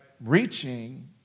reaching